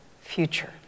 future